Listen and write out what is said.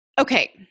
Okay